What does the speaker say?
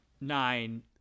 nine